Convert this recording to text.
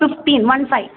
fifteen one five